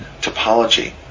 topology